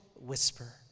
whisper